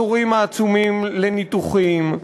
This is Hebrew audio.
בתורים העצומים לניתוחים,